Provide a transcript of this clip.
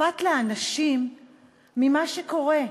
אכפת לאנשים ממה שקורה.